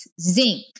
zinc